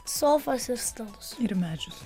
sofas ir stalus ir medžius